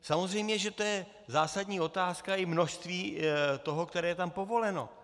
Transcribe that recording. Samozřejmě že to je zásadní otázka i množství toho, které je tam povoleno.